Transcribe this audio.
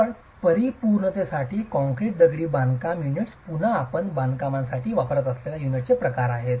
केवळ परिपूर्णतेसाठी कॉक्रीट दगडी बांधकाम युनिट्स पुन्हा आपण बांधकामासाठी वापरत असलेल्या युनिटचे प्रकार आहेत